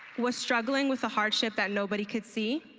was struggling with a hardship that nobody could see.